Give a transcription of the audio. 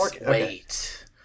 wait